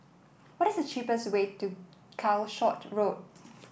what is the cheapest way to Calshot Road